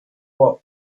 what